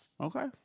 Okay